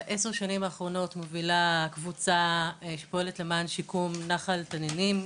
בעשר השנים האחרונות אני מובילה קבוצה שפועלת למען שיקום נחל תנינים,